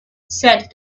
said